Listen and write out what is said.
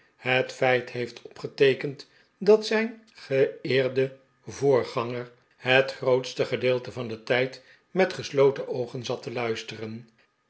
het feit heeft opgeteekend dat zijn geeerde voorganger het grootste gedeelte van den tijd met gesloten oogen zat te luisteren